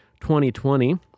2020